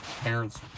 parents